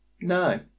No